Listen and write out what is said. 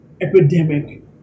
epidemic